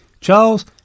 Charles